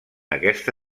aquesta